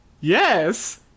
Yes